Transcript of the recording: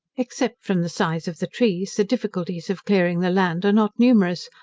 except from the size of the trees, the difficulties of clearing the land are not numerous,